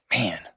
Man